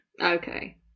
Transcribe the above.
Okay